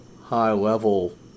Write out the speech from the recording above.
high-level